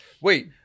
Wait